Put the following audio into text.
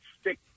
stick